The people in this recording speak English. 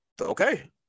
Okay